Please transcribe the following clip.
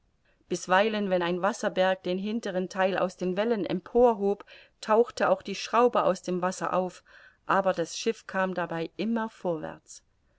bisweilen wenn ein wasserberg den hinteren theil aus den wellen emporhob tauchte auch die schraube aus dem wasser auf aber das schiff kam dabei immer vorwärts